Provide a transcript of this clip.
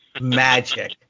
magic